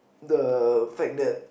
the fact that